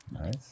nice